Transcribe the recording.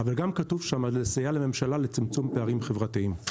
אבל גם כתוב שם לסייע לממשלה לצמצום פערים חברתיים.